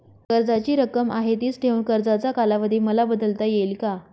कर्जाची रक्कम आहे तिच ठेवून कर्जाचा कालावधी मला बदलता येईल का?